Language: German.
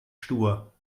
stur